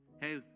hey